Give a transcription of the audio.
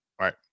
Right